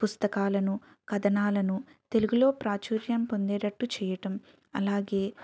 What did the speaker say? పుస్తకాలను కథలను తెలుగులో ప్రాచుర్యం పొందేటట్టు చేయటం అలాగే